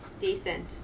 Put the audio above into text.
decent